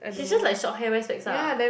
she just like short hair wear specs ah